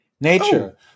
Nature